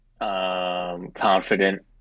Confident